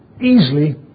easily